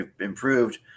improved